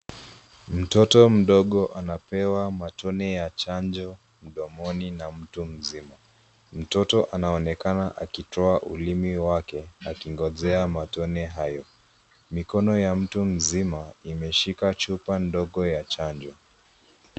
Mtoto mdogo anapewa matone ya chanjo mdomoni na mtu mzima ,mtoto anaonekana akitoa ulimi wake akingojea matone hayo ,mikono ya mtu mzima imeshika chupa ndogo ya chanjo.